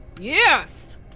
Yes